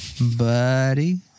Buddy